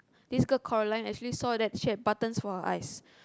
this girl Coraline actually saw that she had buttons for her eyes